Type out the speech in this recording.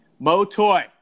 Motoy